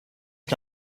est